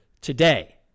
today